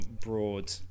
broad